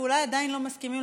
ואולי עדיין לא מסכימים,